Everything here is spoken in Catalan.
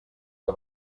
que